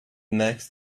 next